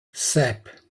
sep